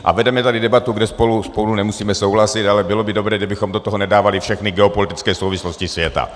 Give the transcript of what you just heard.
A vedeme tady debatu, kde spolu nemusíme souhlasit, ale bylo by dobré, kdybychom do toho nedávali všechny geopolitické souvislosti světa.